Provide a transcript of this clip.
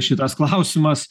šitas klausimas